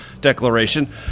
declaration